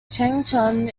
changchun